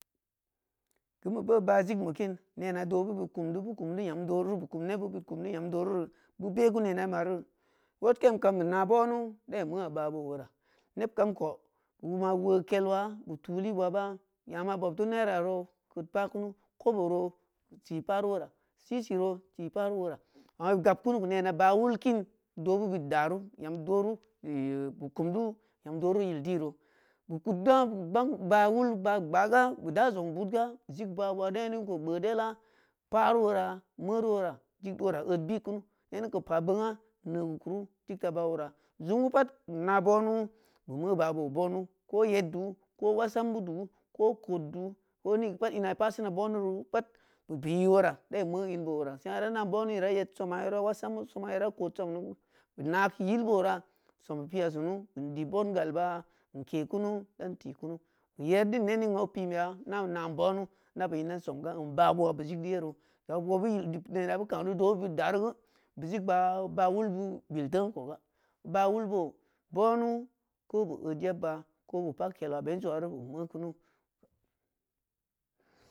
Kin beu boo baah signbe kin nena dooh be beu kum de beu kum teu nyam doohri geu beu kum nebeud beu kum teu nyam doohruri beu be ku nena mari wool kem kam ina bobnu dai meu’a baah boo wora neb kam keh beu ma beu woo kel wa beu tuu lib wa ba nya bob teu neraro kud pa ku koboro kud ti paru wora sisiso ti paruwora ong’a beu gab kunu keu nena baah wul kin doohbu beud daru nyam dooru beu kum du yam dori yil diro beu kud baah wul baah gbaa ga beu da zong budga beu zig bawa ne ning koh gboo dela pari wora meu reu zig du wora eud bi kunu nening pa bong’a ne keu kuru zig ta ba ora jum geu pat na bonu beu meu baah boo bonu ko yeddu ko wasam beudu ko koddu ko nigeu pat ina pasina bonuru pat dai meu inbo wora seng’a ida nan bonu ida yed soma ida wa wadchambeu soma ida kod soma du beu naa keu yilbora beu piya sunu indi bon gal ba in ke kunu dan ti kunu i yar din ne ningma o pinbeya na nan boonu ina beu in dan som garu baah bo’a beu sig di yeru nena beu kang du doobe bud beu dari geu beu zig baah baah wul de bil ting i koga baah wul boo boonu ko beu ead yebba ko beu pa kel wa bensuwaru beu meu kunu